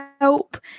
help